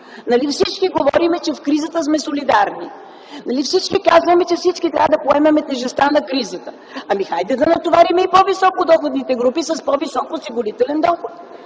всички говорим, че в кризата сме солидарни? Нали всички казваме, че всички трябва да поемем тежестта на кризата? Хайде да натоварим и по-високодоходните групи с по-висок осигурителен доход.